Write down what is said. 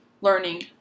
learning